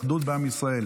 אחדות בעם ישראל.